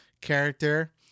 character